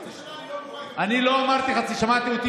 חצי שנה אני לא מוכן, אני לא אמרתי חצי שנה.